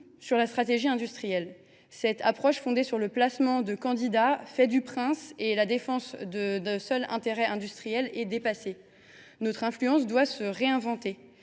sur la stratégie industrielle. Cette approche fondée sur le placement de candidats, fait du prince, et la défense de nos seuls intérêts industriels est dépassée ! Notre influence doit se réinventer.